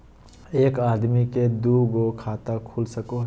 एक आदमी के दू गो खाता खुल सको है?